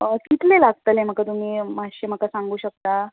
कितलें लागतलें म्हाका तुमी मातशें म्हाका सांगू शकता